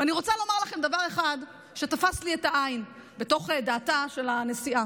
ואני רוצה לומר לכם דבר אחד שתפס לי את העין בתוך דעתה של הנשיאה.